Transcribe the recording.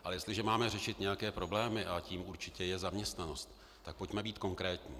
Ale jestliže máme řešit nějaké problémy, a tím určitě je zaměstnanost, tak pojďme být konkrétní.